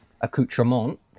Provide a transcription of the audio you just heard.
accoutrement